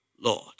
Lord